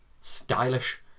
stylish